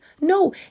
No